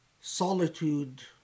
solitude